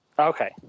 Okay